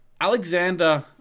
Alexander